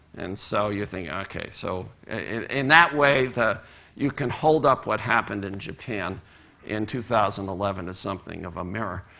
and so you're thinking, okay, so in that way, the you can hold up what happened in japan in two thousand and eleven as something of a mirror.